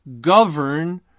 govern